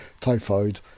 typhoid